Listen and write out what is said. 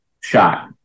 shot